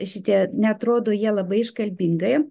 šitie neatrodo jie labai iškalbingai